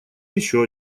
еще